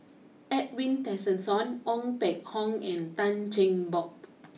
Edwin Tessensohn Ong Peng Hock and Tan Cheng Bock